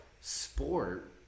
sport